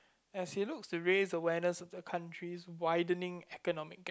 as he looks to raise awareness of the country's widening economic gap